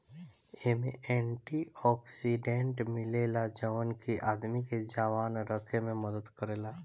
एमे antioxidant मिलेला जवन की आदमी के जवान रखे में मदद करेला